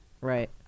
Right